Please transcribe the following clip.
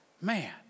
man